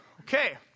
Okay